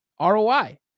ROI